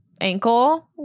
ankle